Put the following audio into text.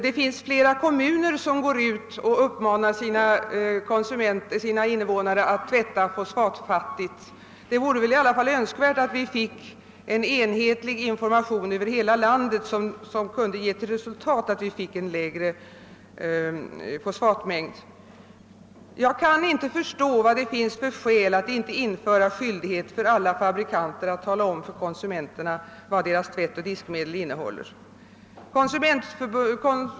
Det finns flera kommuner som uppmanar sina invånare att tvätta fosfatfattigt. Det vore väl i alla fall önskvärt att vi fick en enhetlig information över hela landet, som kunde ge oss en mindre fosfatmängd som resultat. Jag kan inte förstå vad det finns för skäl att inte införa skyldighet för alla fabrikanter att tala om för konsumenterna vad deras tvättoch diskmedel innehåller.